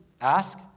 ask